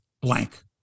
blank